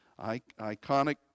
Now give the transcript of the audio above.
iconic